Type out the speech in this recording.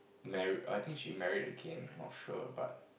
married I think she married again not sure but